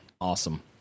Awesome